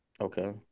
Okay